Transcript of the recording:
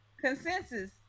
Consensus